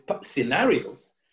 scenarios